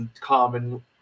common